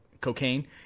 cocaine